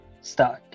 start